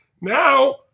Now